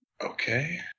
Okay